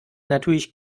natürlich